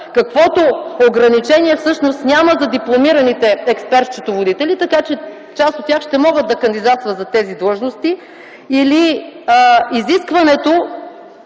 каквото ограничение всъщност няма за дипломираните експерт-счетоводители, така че част от тях ще могат да кандидатстват за тези длъжности или изискването,